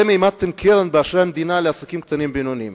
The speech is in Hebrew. אתם העמדתם קרן באשראי המדינה לעסקים קטנים ובינוניים,